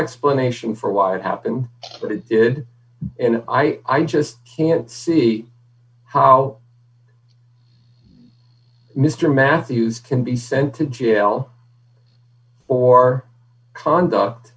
explanation for why it happened it and i i just can't see how mr matthews can be sent to jail or conduct